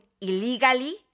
illegally